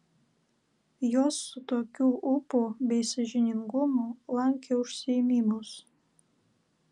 jos su tokiu ūpu bei sąžiningumu lankė užsiėmimus